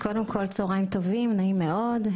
צהריים טובים, נעים מאוד.